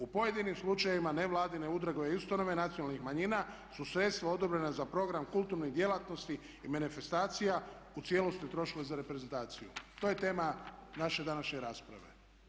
U pojedinim slučajevima nevladine udruge i ustanove nacionalnih manjina su sredstva odobrena za program kulturnih djelatnosti i manifestacija u cijelosti trošile za reprezentaciju." To je tema naše današnje rasprave.